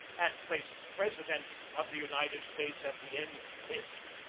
and placed the president of the united states at the end of the list.